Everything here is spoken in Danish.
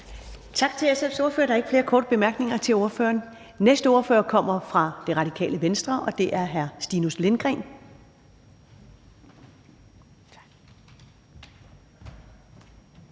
Tak til SF's ordfører. Der er ikke flere korte bemærkninger til ordføreren. Den næste ordfører kommer fra Radikale Venstre, og det er hr. Stinus Lindgreen.